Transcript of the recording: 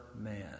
man